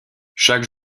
chaque